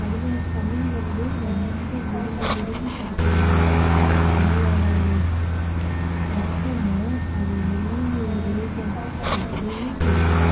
தமிழை தமிழ் வந்து ரொம்ப விரும்பி விரும்பி படிக்கிறவர்களுக்குதான் தமிழோட அர்த்தமும் அதை என்ன ரீசன் அப்படின்னு தெரியும்